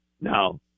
Now